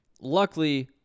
Luckily